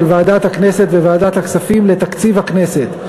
ועדת הכנסת וועדת הכספים לתקציב הכנסת.